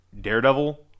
Daredevil